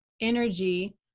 energy